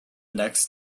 next